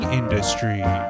industry